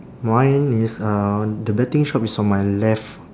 mine is uh the betting shop is on my left